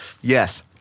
yes